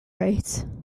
rate